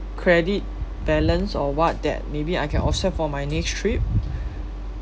credit balance or what that maybe I can offset for my next trip